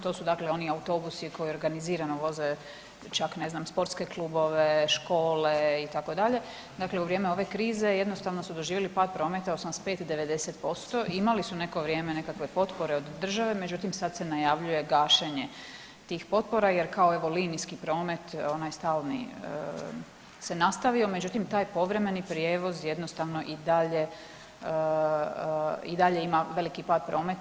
To su dakle oni autobusi koji organizirano voze čak ne znam sportske klubove, škole itd., dakle u vrijeme ove krize jednostavno su doživjeli pad prometa 85, 90% i imali su neko vrijeme nekakve potpore od države međutim sad se najavljuje gašenje tih potpora jer kao evo linijski promet onaj stalni se nastavio, međutim taj povremeni prijevoz jednostavno i dalje i dalje ima veliki pad prometa.